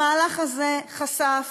המהלך הזה חשף